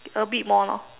a bit more lor